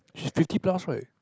she's fifty plus right